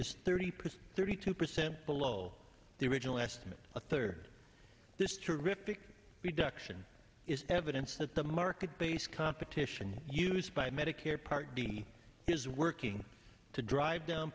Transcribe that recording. percent thirty two percent below their original estimate a third this terrific duction is evidence that the market based competition used by medicare part d is working to drive down